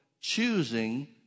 choosing